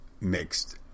mixed